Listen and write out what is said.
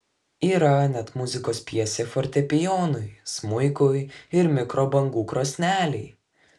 yra net muzikos pjesė fortepijonui smuikui ir mikrobangų krosnelei